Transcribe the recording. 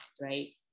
right